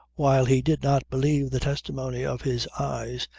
while he did not believe the testimony of his eyes,